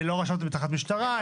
לא רשמתם תחנת משטרה.